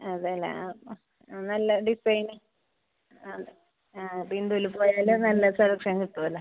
അതെ അല്ലേ അപ്പോൾ ആ നല്ല ഡിസൈന് ആ ആ ബിന്ദുവിൽ പോയാൽ നല്ല സെലക്ഷൻ കിട്ടും അല്ലേ